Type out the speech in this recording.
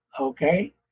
okay